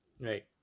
Right